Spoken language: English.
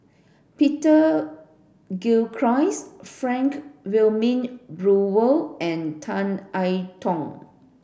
Peter Frank Wilmin Brewer and Tan I Tong